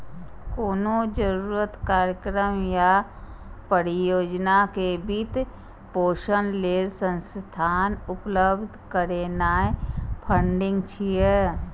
कोनो जरूरत, कार्यक्रम या परियोजना के वित्त पोषण लेल संसाधन उपलब्ध करेनाय फंडिंग छियै